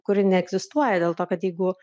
kuri neegzistuoja dėl to kad jeigu